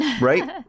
Right